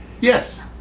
Yes